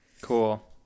Cool